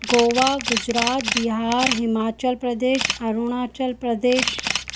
Goa Gujarat Bihar Himachal Pradesh Arunachal Pradesh